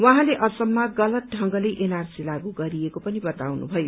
उहाँले असममा गलत ढंगले एनआरसी लागू गरिएको पनि बताउनु भयो